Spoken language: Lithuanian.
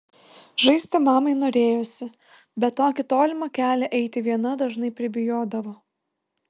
žaisti mamai norėjosi bet tokį tolimą kelią eiti viena dažnai pribijodavo